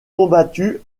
combattu